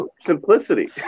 simplicity